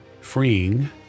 freeing